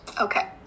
okay